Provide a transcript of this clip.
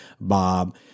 Bob